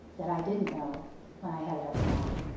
that i didn't know when i headed up the mountain.